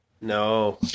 No